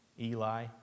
Eli